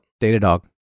Datadog